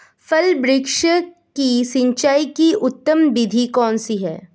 फल वृक्ष की सिंचाई की उत्तम विधि कौन सी है?